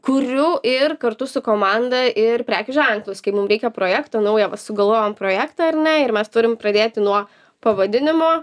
kuriu ir kartu su komanda ir prekių ženklus kai mum reikia projekto naują va sugalvojom projektą ar ne ir mes turim pradėti nuo pavadinimo